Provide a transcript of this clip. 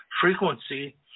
frequency